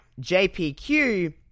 JPQ